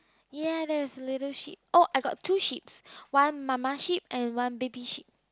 ya there is a little sheep oh I got two sheeps one mama sheep and one baby sheep